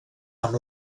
amb